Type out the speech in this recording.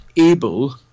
able